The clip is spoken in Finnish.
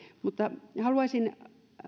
haluaisin